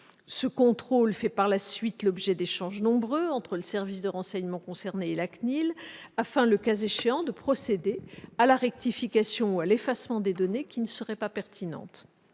Ce contrôle fait par la suite l'objet de nombreux échanges entre le service de renseignement concerné et la CNIL afin, le cas échéant, de procéder à la rectification ou à l'effacement des données qui ne seraient pas pertinentes.